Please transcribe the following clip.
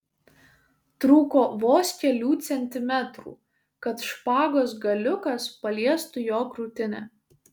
trūko vos kelių centimetrų kad špagos galiukas paliestų jo krūtinę